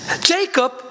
Jacob